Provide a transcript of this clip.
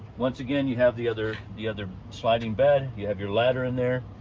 once again, you have the other the other sliding bed. you have your ladder in there.